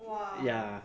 ya